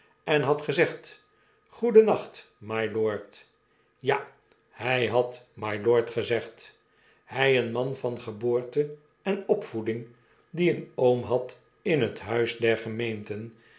en had gezegd goedennacht mylord ja hij had mylord gezegd hy een man van geboorte en opvoeding die een oom had in het huis der gemeenten